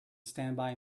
standby